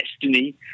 Destiny